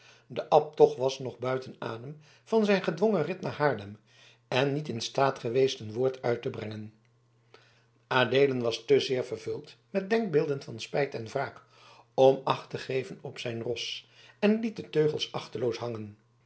de abt toch was nog buiten adem van zijn gedwongen rit naar haarlem en niet in staat geweest een woord uit te brengen adeelen was te zeer vervuld met denkbeelden van spijt en wraak om acht te geven op zijn ros en liet de teugels achteloos hangen